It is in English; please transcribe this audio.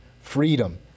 freedom